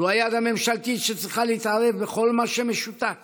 זו היד הממשלתית שצריכה להתערב בכל מה שמשותק